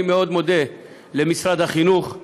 אני מאוד מודה למשרד החינוך,